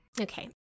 Okay